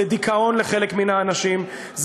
זה דיכאון לחלק מהאנשים,